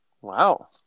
wow